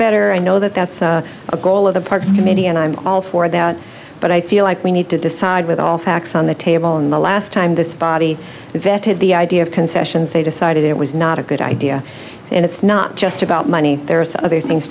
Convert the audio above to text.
better i know that that's a goal of the parks committee and i'm all for that but i feel like we need to decide with all facts on the table and the last time this body invented the idea of concessions they decided it was not a good idea and it's not just about money there are other things